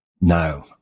no